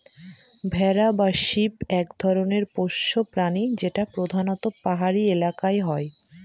ভেড়া বা শিপ এক ধরনের পোষ্য প্রাণী যেটা প্রধানত পাহাড়ি এলাকায় হয়